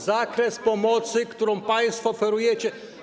Zakres pomocy, którą państwo oferujecie.